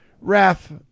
Raf